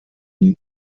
ninja